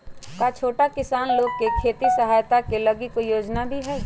का छोटा किसान लोग के खेती सहायता के लगी कोई योजना भी हई?